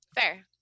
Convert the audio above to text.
Fair